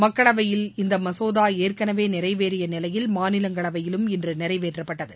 மக்களவையில் இந்த மசோதா ஏற்கனவே நிறைவேறிய நிலையில் மாநிலங்களவையிலும் இன்று நிறைவேற்றப்பட்டது